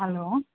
hello